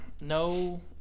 No